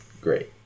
Great